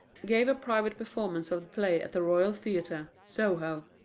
gave a private performance of the play at the royalty theatre, soho.